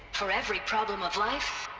for every problem of life.